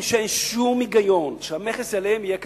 שאין שום היגיון שהמכס עליהם יהיה כזה.